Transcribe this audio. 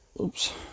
Oops